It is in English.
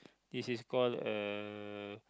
this is call uh